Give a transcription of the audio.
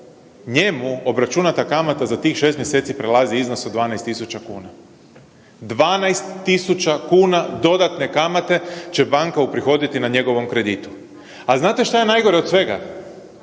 njemu obračunata kamata za tih 6 mjeseci prelazi iznos od 12.000 kuna. 12.000 kuna dodatne kamate će banka uprihoditi na njegovom kreditu. A znate šta je najgore od svega